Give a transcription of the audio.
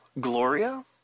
Gloria